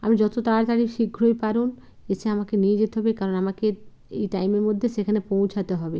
আপনি যত তাড়াতাড়ি শীঘ্রই পারুন এসে আমাকে নিয়ে যেতে হবে কারণ আমাকে এই টাইমের মধ্যে সেখানে পৌঁছাতে হবে